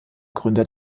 gründer